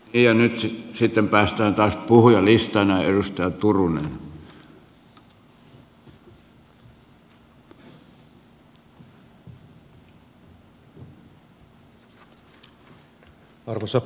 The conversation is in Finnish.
ei onneksi sitten päästään taas puhui omista arvoisa puhemies